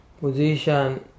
position